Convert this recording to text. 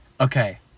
okay